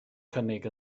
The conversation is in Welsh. cynnig